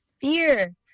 fear